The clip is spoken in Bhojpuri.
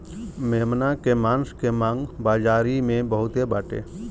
मेमना के मांस के मांग बाजारी में बहुते बाटे